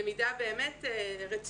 למידה באמת רציפה,